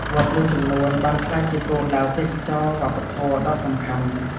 វត្តមួយចំនួនបានក្លាយជាគោលដៅទេសចរណ៍វប្បធម៌ដ៏សំខាន់។